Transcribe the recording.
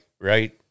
Right